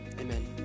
Amen